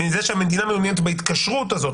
מזה שהמדינה מעוניינת בהתקשרות הזאת.